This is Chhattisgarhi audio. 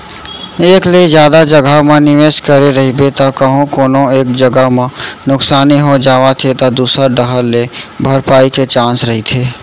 एक ले जादा जघा म निवेस करे रहिबे त कहूँ कोनो एक जगा म नुकसानी हो जावत हे त दूसर डाहर ले भरपाई के चांस रहिथे